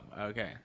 okay